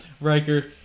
Riker